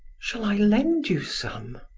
shall i lend you some?